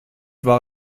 war